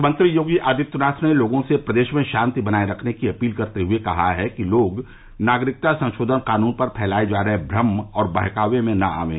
मुख्यमंत्री योगी आदित्यनाथ ने लोगों से प्रदेश में शांति बनाए रखने की अपील करते हुए कहा है कि लोग नागरिकता संशोधन कानून पर फैलाए जा रहे भ्रम और बहकावे में न आएं